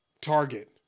Target